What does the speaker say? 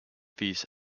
fees